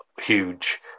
huge